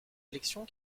élections